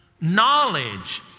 knowledge